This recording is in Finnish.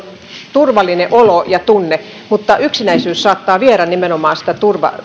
turvallinen olo ja tunne mutta yksinäisyys saattaa viedä nimenomaan sitä